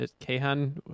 Kahan